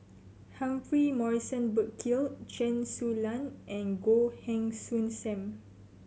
Humphrey Morrison Burkill Chen Su Lan and Goh Heng Soon Sam